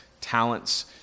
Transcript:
talents